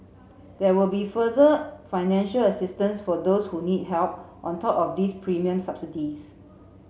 there will be further financial assistance for those who need help on top of these premium subsidies